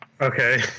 Okay